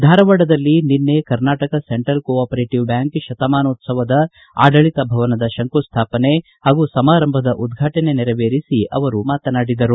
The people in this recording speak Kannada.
ಧಾರವಾಡದಲ್ಲಿ ನಿನ್ನೆ Karnataka central cooperative bank ಶತಮಾನೋತ್ಸವದ ಆಡಳಿತ ಭವನದ ಶಂಕುಸ್ಮಾಪನೆ ಹಾಗೂ ಸಮಾರಂಭದ ಉದ್ಘಾಟನೆ ನೆರವೇರಿಸಿ ಅವರು ಮಾತನಾಡಿದರು